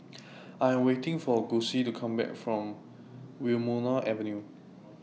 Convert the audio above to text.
I Am waiting For Gussie to Come Back from Wilmonar Avenue